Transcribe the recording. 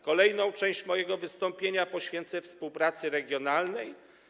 Kolejną część mojego wystąpienia poświęcę współpracy regionalnej.